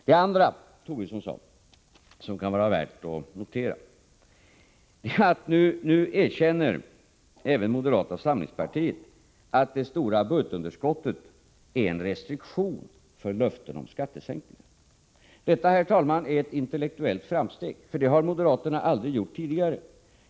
Det andra Tobisson sade som kan vara värt att notera var att även moderata samlingspartiet nu erkänner att stora budgetunderskott innebär en restriktion för löften om skattesänkningar. Detta innebär, herr talman, ett intellektuellt framsteg, för något sådant har moderaterna aldrig gjort tidigare.